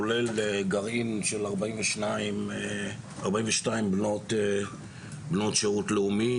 כולל גרעין של 42 בנות שירות לאומי.